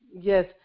Yes